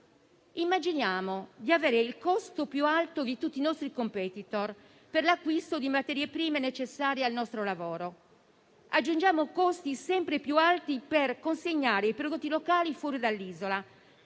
Immaginiamo di avere il costo più alto di tutti i nostri *competitor* per l'acquisto di materie prime necessarie al nostro lavoro e aggiungiamo costi sempre più alti per consegnare i prodotti locali fuori dall'isola,